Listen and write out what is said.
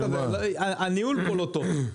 הניהול כאן לא טוב.